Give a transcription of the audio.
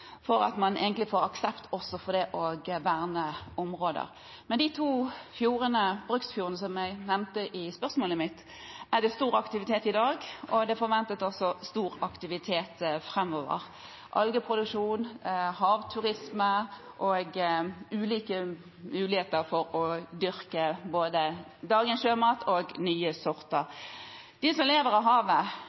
for å få aksept for å verne områder. I de to bruksfjordene som jeg nevnte i spørsmålet mitt, er det stor aktivitet i dag, og det forventes også stor aktivitet framover: algeproduksjon, havturisme og ulike muligheter for å dyrke både dagens sjømat og nye sorter. De som lever av havet,